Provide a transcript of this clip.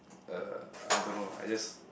uh I don't know I just